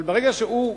אבל ברגע שהוא,